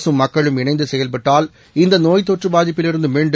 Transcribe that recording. அரசும் மக்களும் இணைந்து செயல்பட்டால் இந்த நோய் தொற்று பாதிப்பிலிருந்து மீண்டு